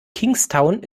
kingstown